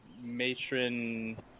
matron